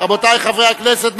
רבותי חברי הכנסת,